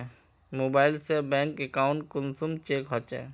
Mobile से bank account कुंसम check होचे?